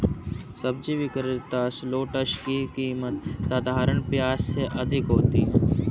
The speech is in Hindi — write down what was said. सब्जी विक्रेता ने शलोट्स की कीमत साधारण प्याज से अधिक रखी है